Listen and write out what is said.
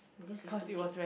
because you stupid